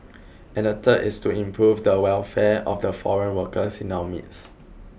and the third is to improve the welfare of the foreign workers in our midst